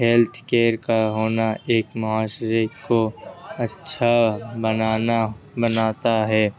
health care کا ہونا ایک معاشرے کو اچھا بنانا بناتا ہے